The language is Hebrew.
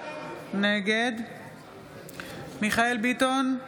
נגד מיכאל מרדכי ביטון, אינו